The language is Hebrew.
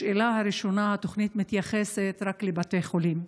השאלה הראשונה: התוכנית מתייחסת רק לבתי חולים,